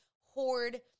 hoard